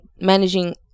managing